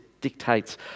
dictates